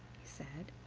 he said,